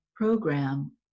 program